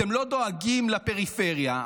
אתם לא דואגים לפריפריה.